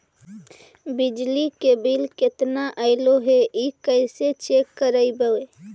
बिजली के बिल केतना ऐले हे इ कैसे चेक करबइ?